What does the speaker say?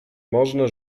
można